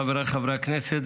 חבריי חברי הכנסת,